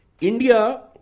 India